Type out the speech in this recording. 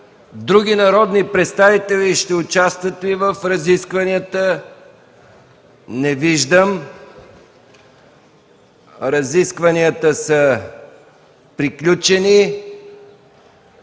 Други народни представители ще участват ли в разискванията? Не виждам. Разискванията са приключени.